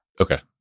Okay